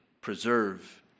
preserve